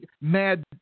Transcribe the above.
mad